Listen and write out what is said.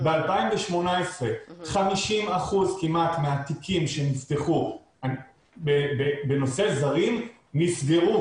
ב-2018 50% כמעט מהתיקים שנפתחו בנושא זרים נסגרו.